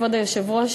כבוד היושב-ראש,